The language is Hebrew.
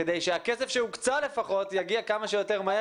כדי שהכסף הוקצה לפחות יגיע כמה שיותר מהר